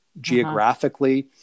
geographically